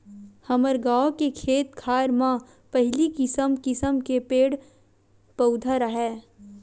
हमर गाँव के खेत खार म पहिली किसम किसम के पेड़ पउधा राहय